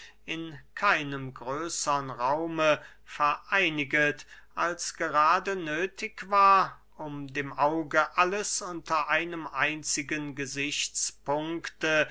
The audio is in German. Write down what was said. in keinem größern raume vereiniget als gerade nöthig war um dem auge alles unter einem einzigen gesichtspunkte